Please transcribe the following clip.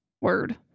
word